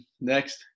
next